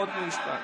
חוק ומשפט.